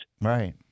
right